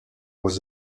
was